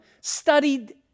studied